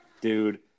Dude